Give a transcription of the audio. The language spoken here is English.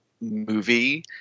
movie